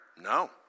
No